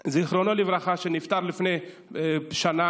זיכרונו לברכה, שנפטר לפני שנה,